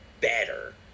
better